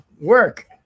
work